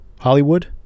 Hollywood